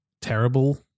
terrible